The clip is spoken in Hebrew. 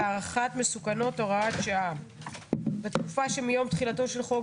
והערכת מסוכנות הוראת שעה 1. בתקופה שמיום תחילתו של חוק